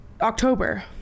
october